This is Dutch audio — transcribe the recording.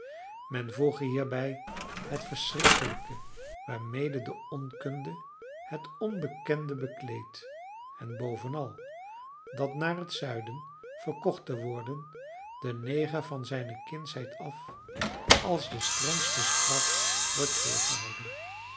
men voege hierbij het verschrikkelijke waarmede de onkunde het onbekende bekleedt en bovenal dat naar het zuiden verkocht te worden den neger van zijne kindsheid af als de strengste straf wordt voorgehouden